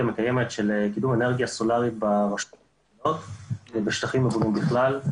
מקדמת וקידום אנרגיה סולרית ברשויות ובשטחים --- בכלל.